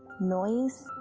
noise,